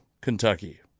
Kentucky